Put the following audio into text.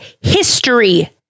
history